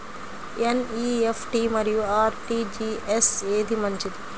NEFT మరియు RTGS ఏది మంచిది?